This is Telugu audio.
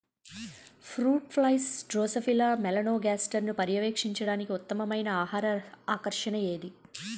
ఫ్రూట్ ఫ్లైస్ డ్రోసోఫిలా మెలనోగాస్టర్ని పర్యవేక్షించడానికి ఉత్తమమైన ఆహార ఆకర్షణ ఏది?